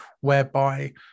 whereby